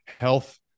health